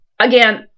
Again